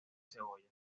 cebolla